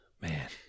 Man